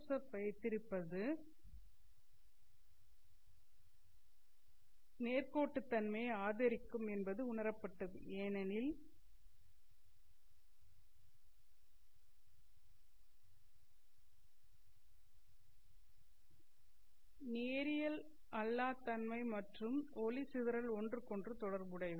F வைத்திருப்பது நேர்கோட்டுத்தன்மையை அதிகரிக்கும் என்பதும் உணரப்பட்டது ஏனென்றால் நேரியல் அல்லா தன்மை மற்றும் ஒளி சிதறல் ஒன்றுக்கொன்று தொடர்புடையவை